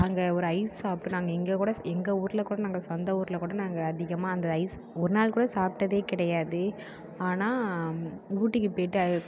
அங்கே ஒரு ice shop நாங்கள் இங்கே கூட எங்கள் ஊரில் கூட நாங்கள் சொந்த ஊரில் கூட நாங்கள் அதிகமாக அந்த ஐஸ் ஒருநாள் கூட சாப்பிட்டதே கிடையாது ஆனால் ஊட்டிக்கு போய்ட்டு